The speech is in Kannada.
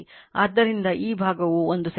ಆದ್ದರಿಂದ ಈ ಭಾಗವು 1 ಸೆಂಟಿಮೀಟರ್